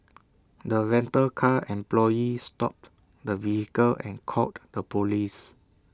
the rental car employee stopped the vehicle and called the Police